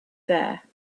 there